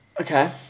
Okay